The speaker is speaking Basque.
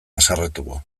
haserretuko